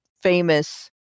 famous